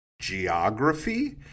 geography